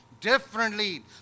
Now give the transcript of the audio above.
differently